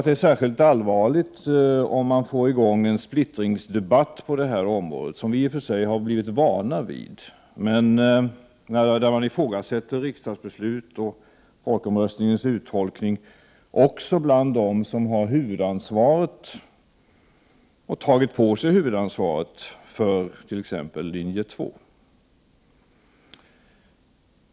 Det är synnerligen allvarligt om man får i gång en splittringsdebatt på detta område, som vi i och för sig har blivit vana vid, där riksdagsbeslutet och folkomröstningens uttolkningar ifrågasätts även av dem som har tagit på sig huvudansvaret för t.ex. linje 2.